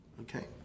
okay